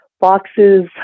boxes